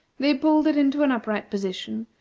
they pulled it into an upright position,